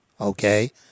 okay